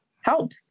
help